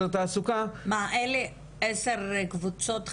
התעסוקה- -- מה אין לי עשר קבוצות חדשות,